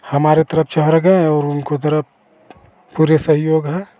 हमारे तरफ से हट गए और उनकी तरफ पूरा सहयोग है